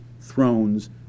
thrones